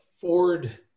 Ford